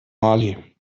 mali